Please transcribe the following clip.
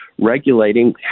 regulating